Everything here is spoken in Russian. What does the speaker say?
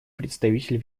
представитель